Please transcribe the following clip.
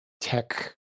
tech